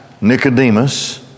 Nicodemus